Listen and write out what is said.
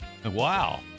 Wow